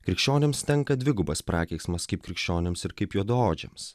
krikščionims tenka dvigubas prakeiksmas kaip krikščionims ir kaip juodaodžiams